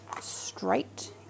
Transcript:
straight